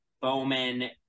Bowman